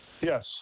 Yes